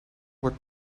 wordt